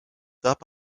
tape